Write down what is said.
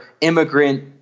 immigrant